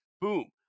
Boom